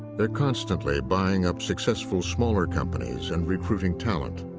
they're constantly buying up successful smaller companies and recruiting talent.